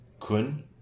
kun